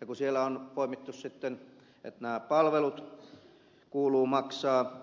ja kun siellä on poimittu esiin sitten että nämä palvelut kuuluu maksaa